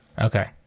okay